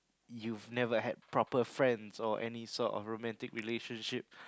you've never had proper friends or any sort of romantic relationship